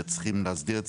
שצריך להסדיר.